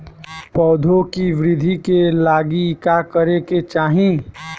पौधों की वृद्धि के लागी का करे के चाहीं?